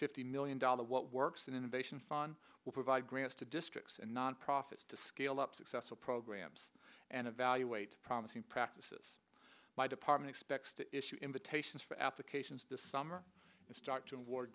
fifty million dollars what works in innovation fun will provide grants to districts and nonprofits to scale up successful programs and evaluate promising practices by department expects to issue invitations for applications this summer and start to award